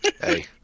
Hey